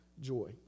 joy